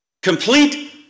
Complete